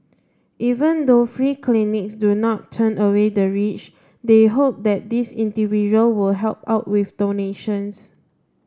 even though free clinics do not turn away the rich they hope that these individual would help out with donations